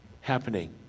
happening